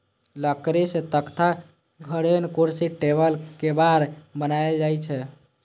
लकड़ी सं तख्ता, धरेन, कुर्सी, टेबुल, केबाड़ बनाएल जाइ छै